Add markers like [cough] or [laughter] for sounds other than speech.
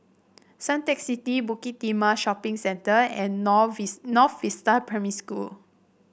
Suntec City Bukit Timah Shopping Centre and [unintelligible] North Vista Primary School